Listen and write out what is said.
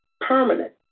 permanent